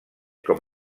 com